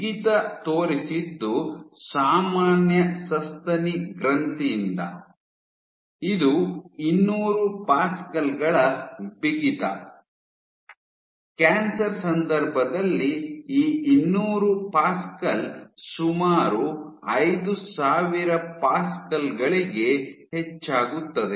ಬಿಗಿತ ತೋರಿಸಿದ್ದು ಸಾಮಾನ್ಯ ಸಸ್ತನಿ ಗ್ರಂಥಿಯಿಂದ ಇದು ಇನ್ನೂರು ಪ್ಯಾಸ್ಕಲ್ ಗಳ ಬಿಗಿತ ಕ್ಯಾನ್ಸರ್ ಸಂದರ್ಭದಲ್ಲಿ ಈ ಇನ್ನೂರು ಪ್ಯಾಸ್ಕಲ್ ಸುಮಾರು ಐದು ಸಾವಿರ ಪ್ಯಾಸ್ಕಲ್ ಗಳಿಗೆ ಹೆಚ್ಚಾಗುತ್ತದೆ